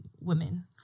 women